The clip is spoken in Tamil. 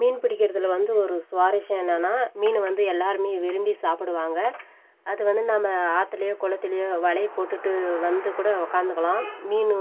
மீன் பிடிக்கிறதுல வந்து ஒரு சுவாரஸ்யம் என்னான்னால் மீன் வந்து எல்லாருமே விரும்பி சாப்பிடுவாங்க அது வந்து நாம் ஆற்றுலயோ குளத்துலயோ வலையை போட்டுட்டு வந்து கூட உக்காந்துக்குலாம் மீன்